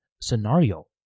scenario